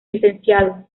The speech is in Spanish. licenciado